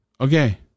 Okay